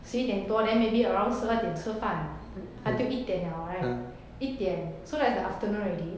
十一点多 then maybe around 十二点吃饭 until 一点了 right 一点 so that's the afternoon already